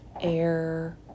air